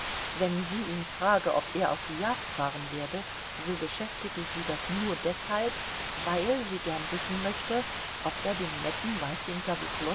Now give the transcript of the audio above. wenn sie ihn frage ob er auf die jagd fahren werde so beschäftige sie das nur deshalb weil sie gern wissen möchte ob er dem netten